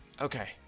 Okay